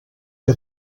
que